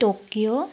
Tokyo